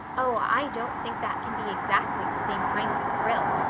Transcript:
oh, i don't think that can be exactly the same kind of a thrill.